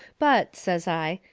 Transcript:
but, says i,